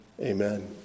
Amen